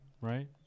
Right